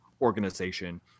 organization